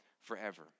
forever